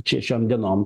šešiom dienom